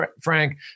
Frank